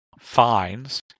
fines